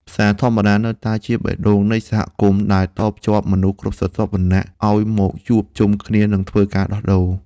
ផ្សារធម្មតានៅតែជាបេះដូងនៃសហគមន៍ដែលតភ្ជាប់មនុស្សគ្រប់ស្រទាប់វណ្ណៈឱ្យមកជួបជុំគ្នានិងធ្វើការដោះដូរ។